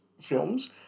films